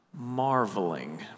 marveling